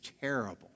terrible